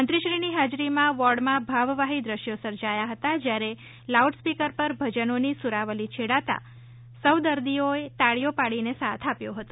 મંત્રીશ્રીની હાજરીમાં વોર્ડમાં ભાવવાહી દ્રશ્યો સર્જાયા હતા જ્યારે લાઉડસ્પીકર પર ભજનોની સુરાવલિ છેડાતા સૌ દર્દીઓએ તાળીઓ પાડીને સાથ આપ્યો હતો